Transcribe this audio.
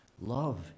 Love